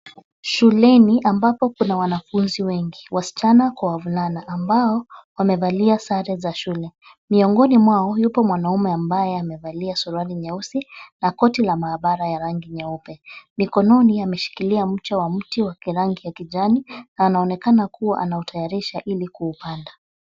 Shuleni ambapo kuna wanafunzi wengi wasichana kwa wavulana ambao wamevalia sare za shule. Miongoni mwao ,yupo mwanaume ambaye amevalia suruali nyeusi na koti la maabara ya rangi nyeupe. Mikononi ameshikilia mche wa mti wa rangi ya kijani, anaonekana kuwa anautayarisha ili kuupanda.